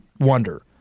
wonder